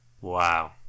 Wow